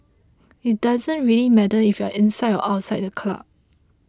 it doesn't really matter if you are inside or outside the club